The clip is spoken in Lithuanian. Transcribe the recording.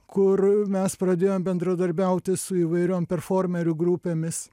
kur mes pradėjom bendradarbiauti su įvairiom performerių grupėmis